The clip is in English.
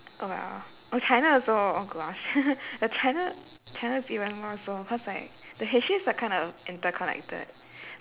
or oh china also oh gosh but china china's even more so cause like the histories are kind of interconnected